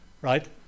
right